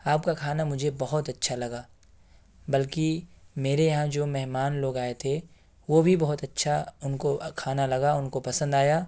آپ کا کھانا مجھے بہت اچّھا لگا بلکہ میرے یہاں جو مہمان لوگ آئے تھے وہ بھی بہت اچّھا ان کو کھانا لگا ان کو پسند آیا